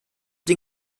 den